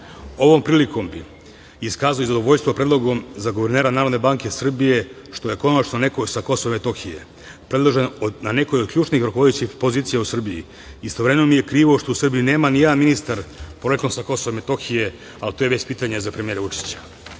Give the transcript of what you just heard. prilikom bih iskazao zadovoljstvo predlogom za guvernera NBS, što je konačno neko sa Kosova i Metohije predložen na nekoj od ključnih rukovodećih pozicija u Srbiji. Istovremeno mi je krivo što u Srbiji nema nijednog ministra poreklom sa Kosova i Metohije, ali to je već pitanje za premijera